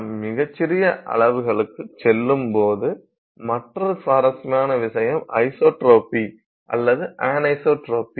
நாம் மிகச் சிறிய அளவுகளுக்குச் செல்லும்போது வரும் மற்றொரு சுவாரஸ்யமான விஷயம் ஐசோட்ரோபி அல்லது அன்ஐசோட்ரோபி